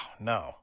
no